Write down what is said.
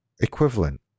equivalent